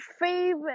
favorite